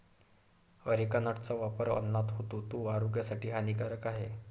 areca नटचा वापर अन्नात होतो, तो आरोग्यासाठी हानिकारक आहे